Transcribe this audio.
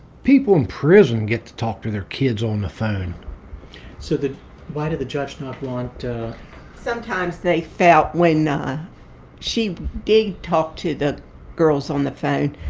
people in prison get to talk to their kids on the phone so the why did the judge not want. sometimes they felt when she did talk to the girls on the phone,